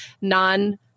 non